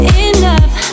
enough